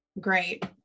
Great